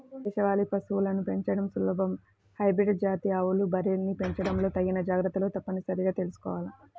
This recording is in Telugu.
దేశవాళీ పశువులను పెంచడం సులభం, హైబ్రిడ్ జాతి ఆవులు, బర్రెల్ని పెంచడంలో తగిన జాగర్తలు తప్పనిసరిగా తీసుకోవాల